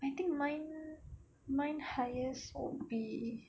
I think mine mine highest would be